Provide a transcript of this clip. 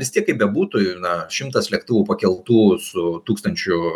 vie tiek kaip bebūtų ne šimtas lėktuvų pakeltų su tūkstančiu